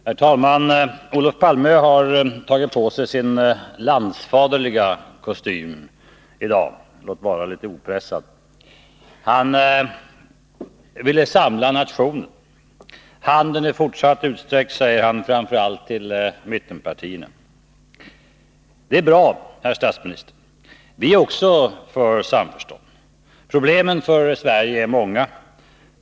Herr talman! Olof Palme har i dag tagit på sig sin landsfaderliga kostym, låt vara litet opressad. Han vill samla nationen. Handen är fortsatt utsträckt, säger han, framför allt till mittenpartierna. Det är bra, herr statsminister. Vi är också för samförstånd. Problemen för Sverige är många.